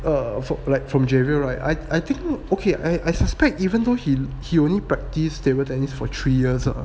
err like from javier right I I think okay I I suspect even though he he only practice table tenis for three years eh